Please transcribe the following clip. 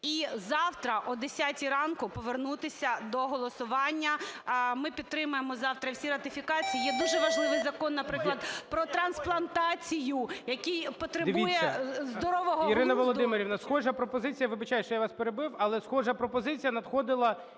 І завтра о 10 ранку повернутися до голосування. Ми підтримаємо завтра всі ратифікації. Є дуже важливий закон, наприклад, про трансплантацію, який потребує здорового глузду…